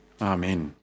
Amen